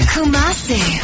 Kumasi